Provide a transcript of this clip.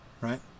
right